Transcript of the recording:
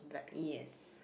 yes